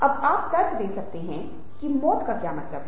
अब आप तर्क दे सकते हैं कि मौत का क्या मतलब है